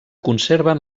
conserven